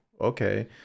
okay